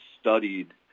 studied